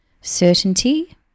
certainty